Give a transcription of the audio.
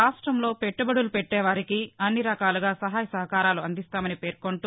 రాష్ట్రంలో పెట్లుబడులు పెట్లేవారికి అన్నిరకాలుగా సహాయ సహకారాలు అందిస్తామని పేర్కొంటూ